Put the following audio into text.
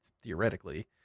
theoretically